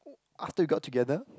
after we got together